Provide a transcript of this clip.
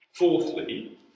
Fourthly